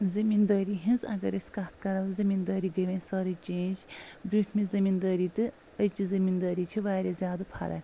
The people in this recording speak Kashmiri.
زٔمیٖندٲری ہِنٛز اگر أسۍ کتھ کرو زٔمیٖندٲری گٔیے وۄںۍ سٲرٕے چینج برٛونٛٹھ مہِ زٔمیٖندٲری تہٕ أزچہِ زٔمیٖندٲری چھِ واریاہ زیادٕ فرق